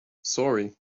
sorry